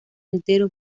entero